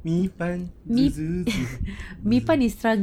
mi pan